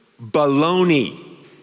baloney